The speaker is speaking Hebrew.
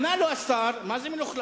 ענה לו השר: מה זה מלוכלך,